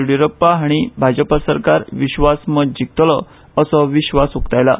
येडीयूरप्पा हांणी भाजपा सरकार विश्वासमत जिकतलो अशो विश्वास उक्तायला